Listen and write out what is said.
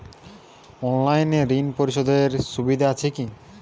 অনলাইনে ঋণ পরিশধের সুবিধা আছে কি?